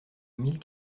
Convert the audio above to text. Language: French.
mille